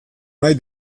nahi